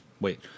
Wait